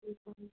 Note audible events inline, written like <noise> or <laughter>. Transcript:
<unintelligible>